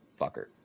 fucker